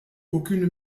aucune